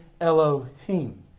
Elohim